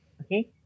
okay